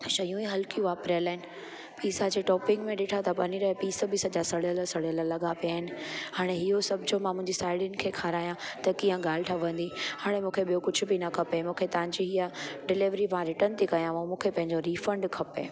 शयूं ई हल्कियूं वापरियल आहिनि पीज़ा जी टॉपिंग में ॾिठा त पनीर जा पीस बि सॼा सड़ियल सड़ियल लॻा पिया आहिनि हाणे इहो सभु जो मां पंहिंजी साहेड़ियुनि खे खारायां त कीअं ॻाल्हि ठहंदी हाणे मूंखे ॿियो कुझु बि न खपे मूंखे तव्हांजी इहा डिलेवरी मां रिटन थी कयांव मूंखे पंहिंजो रीफंड खपे